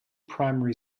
primary